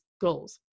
goals